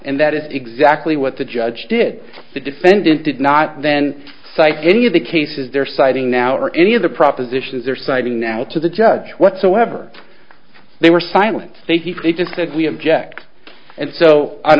and that is exactly what the judge did the defendant did not then cite any of the cases they're citing now or any of the propositions they're citing now to the judge whatsoever they were silent safety features said we object and so on